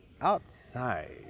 outside